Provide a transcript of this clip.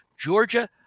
Georgia